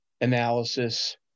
analysis